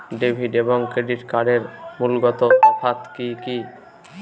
Debit এবং credit কার্ডের মূলগত তফাত কি কী?